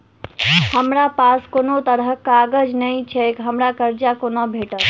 हमरा पास कोनो तरहक कागज नहि छैक हमरा कर्जा कोना भेटत?